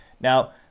now